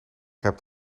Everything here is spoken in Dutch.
hebt